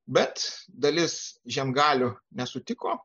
bet dalis žiemgalių nesutiko